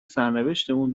سرنوشتمون